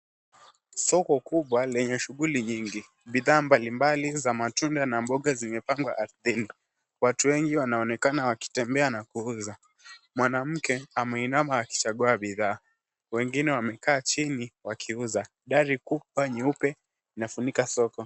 Soko kubwa lenye shughuli nyingi. Bidhaa mbalimbali za matunda na mboga zimepangwa ardhini. Watu wengi wanaonekana wakitembea na kuuza. Mwanamke, ameinama akichagua bidhaa. Wengine wamekaa chini, wakiuza. Gari kubwa nyeupe inafunika soko.